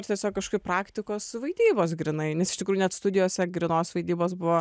tiesiog kažkokių praktikos su vaidybos grynai nes iš tikrųjų net studijose grynos vaidybos buvo